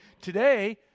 today